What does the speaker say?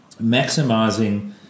maximizing